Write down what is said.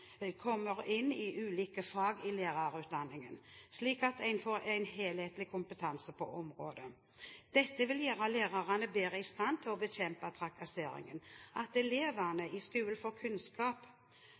kommer inn i ulike fag i lærerutdanningen, slik at en får en helhetlig kompetanse på området. Dette vil gjøre lærerne bedre i stand til å bekjempe trakasseringen. At elevene